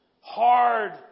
Hard